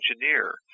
engineer